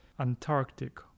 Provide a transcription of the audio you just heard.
antarctic